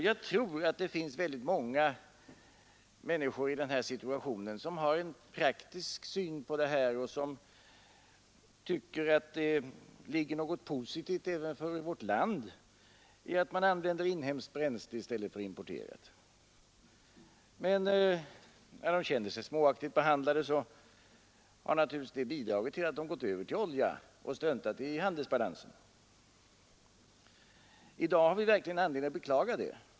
Jag tror att det finns väldigt många människor i den här situationen som har en praktisk syn på saken och tycker att det ligger något positivt även för vårt land i att man använder inhemskt bränsle i stället för importerat. Men när de känner sig småaktigt behandlade har det naturligtvis bidragit till att de gått över till olja och struntat i handelsbalansen. I dag har vi verkligen anledning att beklaga det.